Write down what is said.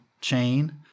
chain